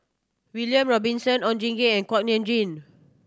William Robinson Oon Jin Gee Kuak Nam Jin